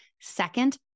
Second